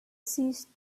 seized